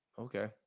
Okay